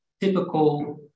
typical